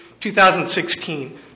2016